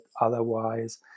otherwise